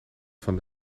van